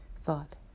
thought